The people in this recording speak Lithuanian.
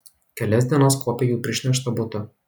kelias dienas kuopė jų prišnerkštą butą